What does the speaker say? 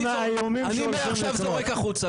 האיומים שעושים --- אני עובר עכשיו לקרוא החוצה.